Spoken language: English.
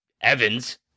Evans